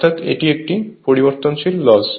অর্থাৎ এটি একটি পরিবর্তনশীল ক্ষতি